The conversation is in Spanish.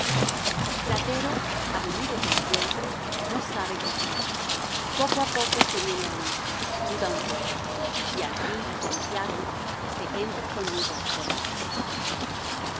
platero aburrido como yo no sabe qué hacer poco á poco se viene á mí duda un poco y al fin confiado se entra conmigo por la casa xlvi